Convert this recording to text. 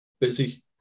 busy